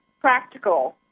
practical